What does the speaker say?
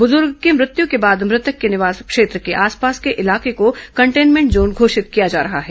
ब्रजूर्ग की मृत्यू के बाद मृतक के निवास क्षेत्र के आसपास के इलाके को कंटेनमेन्ट जोन घोषित किया जा रहा है